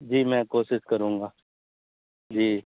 جی میں کوسس کروں گا جی